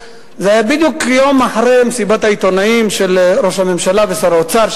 זה היה בדיוק יום אחרי מסיבת העיתונאים של ראש הממשלה ושר האוצר,